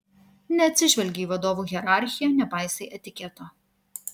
neatsižvelgi į vadovų hierarchiją nepaisai etiketo